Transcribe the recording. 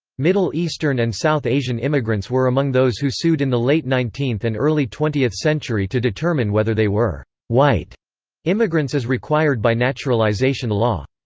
middle eastern and south asian immigrants were among those who sued in the late nineteenth and early twentieth century to determine whether they were white immigrants as required by naturalization law.